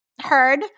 heard